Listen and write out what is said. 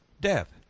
death